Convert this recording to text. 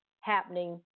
happening